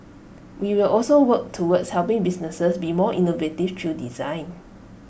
we will also work towards helping businesses be more innovative through design